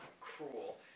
cruel